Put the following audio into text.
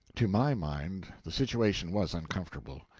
to my mind, the situation was uncomfortable.